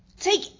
Take